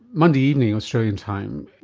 monday evening, australian time,